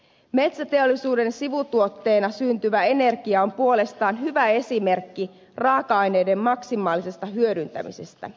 metsäteollisuuden sivutuotteena syntyvä energia on puolestaan hyvä esimerkki raaka aineiden maksimaalisesta hyödyntämisestä